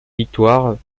victoires